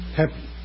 happy